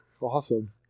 Awesome